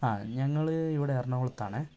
ആ ഞങ്ങൾ ഇവിടെ എറണാകുളത്താണ്